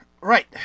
Right